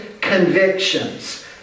convictions